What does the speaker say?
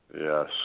Yes